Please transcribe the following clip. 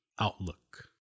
outlook